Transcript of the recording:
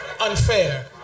unfair